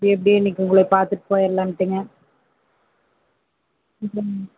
எப்படியும் இன்றைக்கி உங்களை பார்த்துட்டு போயிடலான்ட்டுங்க ம்